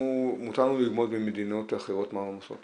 מותר לנו ללמוד ממדינות אחרות מה הן עושות